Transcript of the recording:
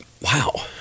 Wow